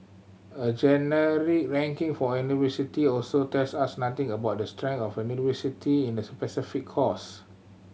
a generic ranking for a university also tells us nothing about the strength of a university in a specific course